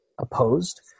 opposed